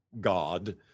God